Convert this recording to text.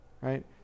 right